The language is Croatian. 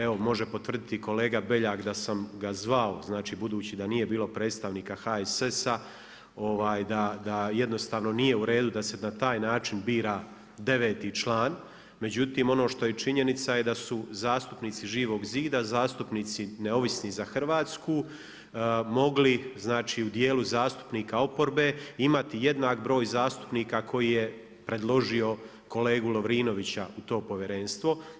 Evo može potvrditi kolega Beljak da sam ga zvao znači budući da nije bilo predstavnika HSS-a da jednostavno nije u redu da se na taj način bira deveti član, međutim ono što je činjenica je da su zastupnici Živog zida, zastupnici Neovisni za Hrvatsku mogli u djelu zastupnika oporbe imati jednak broj zastupnika koji je predložio kolegu Lovrinovića u to Povjerenstvo.